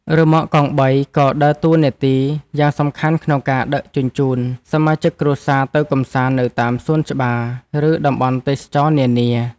រ៉ឺម៉កកង់បីក៏ដើរតួនាទីយ៉ាងសំខាន់ក្នុងការដឹកជញ្ជូនសមាជិកគ្រួសារទៅកម្សាន្តនៅតាមសួនច្បារឬតំបន់ទេសចរណ៍នានា។